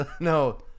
No